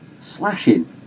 Slashing